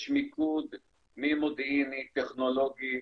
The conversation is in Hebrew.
יש מיקוד מודיעיני, טכנולוגי,